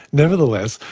nevertheless,